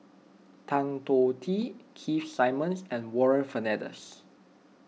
Tan Choh Tee Keith Simmons and Warren Fernandez